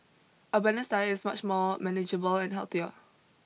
a balanced diet is much more manageable and healthier